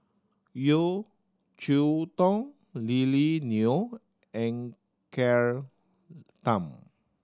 Yeo Cheow Tong Lily Neo and Claire Tham